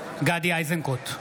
בעד גדי איזנקוט,